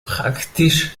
praktisch